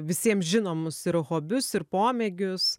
visiem žinomus ir hobius ir pomėgius